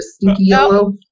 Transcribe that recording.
yellow